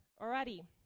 Alrighty